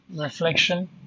reflection